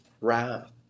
wrath